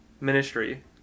ministry